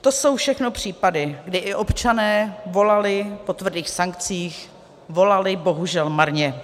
To jsou všechno případy, kdy i občané volali po tvrdých sankcích, volali bohužel marně.